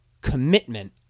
commitment